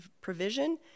provision